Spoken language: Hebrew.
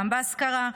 גם בהשכרה,